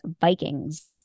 Vikings